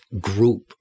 group